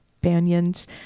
banyans